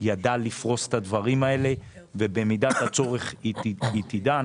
ידעה לפרוס את הדברים האלה, ובמידת הצורך היא תדע.